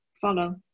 follow